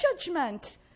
judgment